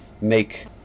make